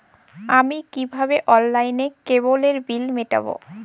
আমি কিভাবে অনলাইনে কেবলের বিল মেটাবো?